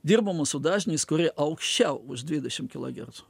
dirbama su dažniais kurie aukščiau už dvidešim kilogercų